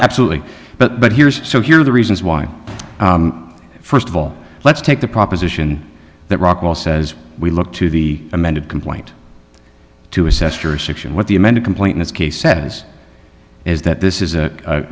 absolutely but but here's so here are the reasons why first of all let's take the proposition that rockwell says we look to the amended complaint to assess your section what the amended complaint in this case says is that this is